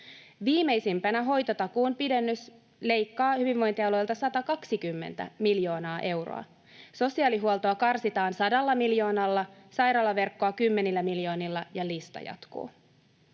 Viimeisimpänä hoitotakuun pidennys leikkaa hyvinvointialueilta 120 miljoonaa euroa, sosiaalihuoltoa karsitaan 100 miljoonalla, sairaalaverkkoa kymmenillä miljoonilla, ja lista jatkuu.